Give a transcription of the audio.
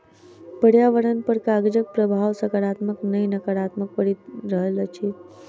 पर्यावरण पर कागजक प्रभाव साकारात्मक नै नाकारात्मक पड़ि रहल अछि